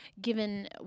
given